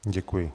Děkuji.